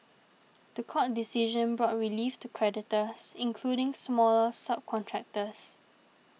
the court decision brought relief to creditors including smaller subcontractors